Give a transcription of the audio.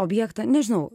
objektą nežinau